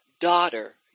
daughter